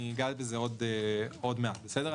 אגע בזה עוד מעט, בסדר?